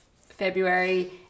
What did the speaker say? February